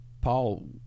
paul